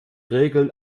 regeln